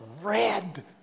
Red